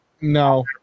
No